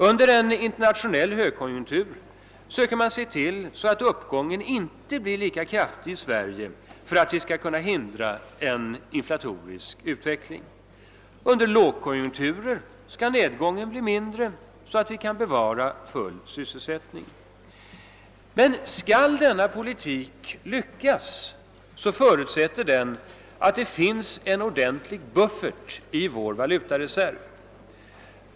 Under en internationell högkonjunktur söker man se till att uppgången inte blir lika kraftig i Sve rige för att vi skall kunna hindra en inflatorisk utveckling. Under lågkonjunkturer skall nedgången bli mindre, så att vi kan bevara full sysselsättning. Men skail denna politik lyckas, förutsätter den att det finns en ordentlig buffert i vår valutareserv.